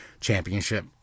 Championship